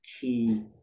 key